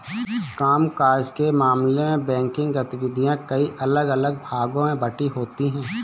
काम काज के मामले में बैंकिंग गतिविधियां कई अलग अलग भागों में बंटी होती हैं